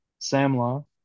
Samla